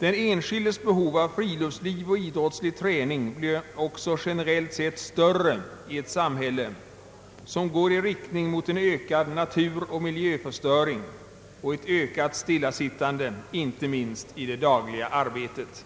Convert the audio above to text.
Den enskildes behov av friluftsliv och idrottslig träning blir också generellt sett större i ett samhälle som går i riktning mot en ökad naturoch miljöförstöring och ett ökat stillasittande, inte minst i det dagliga arbetet.